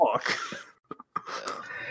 Fuck